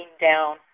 down